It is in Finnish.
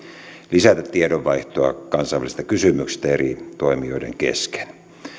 lisätä tiedonvaihtoa kansainvälisistä kysymyksistä eri toimijoiden kesken